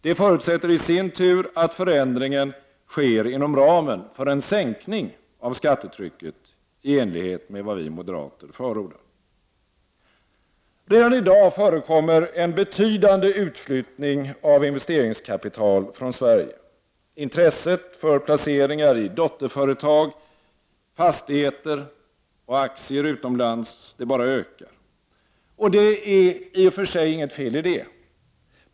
Det förutsätter i sin tur att förändringen sker inom ramen för en sänkning av skattetrycket i enlighet med vad vi moderater förordar. Redan i dag förekommer en betydande utflyttning av investeringskapital från Sverige. Intresset för placeringar i dotterföretag, fastigheter och aktier utomlands bara ökar, och det är och för sig inget fel i detta.